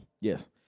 Yes